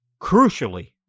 crucially